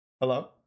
Hello